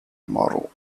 morrow